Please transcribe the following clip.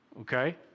okay